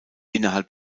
innerhalb